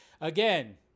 again